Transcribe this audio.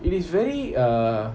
it is very err